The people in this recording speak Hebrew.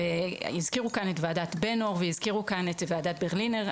הזכירו כאן את ועדת בן-אור והזכירו כאן את ועדת ברלינר.